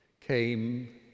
came